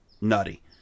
nutty